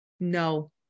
No